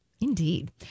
Indeed